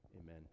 amen